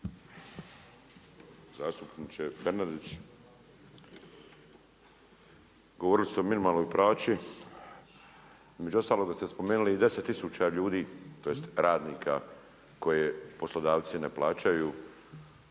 Zastupniče Bernardić, govorili ste o minimalnoj plaći, između ostaloga ste spomenuli i 10 tisuća ljudi, tj. radnika koje poslodavci ne plaćaju